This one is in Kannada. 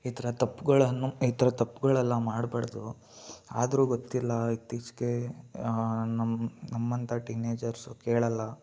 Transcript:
ಈ ಥರ ತಪ್ಪುಗಳನ್ನು ಈ ಥರ ತಪ್ಪುಗಳೆಲ್ಲ ಮಾಡ್ಬಾರ್ದು ಆದರು ಗೊತ್ತಿಲ್ಲ ಇತ್ತೀಚೆಗೆ ನಮ್ಮ ನಮ್ಮಂಥ ಟೀನೇಜರ್ಸು ಕೇಳೋಲ್ಲ